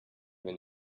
wenn